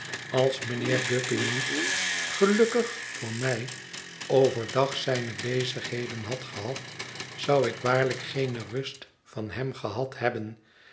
als mijnheer guppy niet gelukkig voor mij over dag zijne bezigheden had gehad zou ik waarlijk geene rust van hem gehad hebben